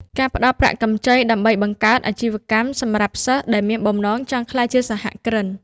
ការផ្តល់ប្រាក់កម្ចីដើម្បីបង្កើតអាជីវកម្ម សម្រាប់សិស្សដែលមានបំណងចង់ក្លាយជាសហគ្រិន។